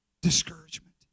Discouragement